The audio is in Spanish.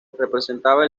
representaba